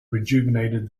rejuvenated